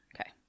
Okay